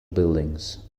buildings